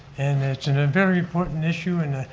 and it's and a very important issue, and